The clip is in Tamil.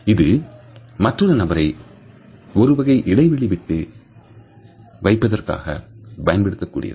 இது மற்றொரு நபரை ஒரு கை இடைவெளி விட்டு வைப்பதற்காக பயன்படுத்தப்படுகிறது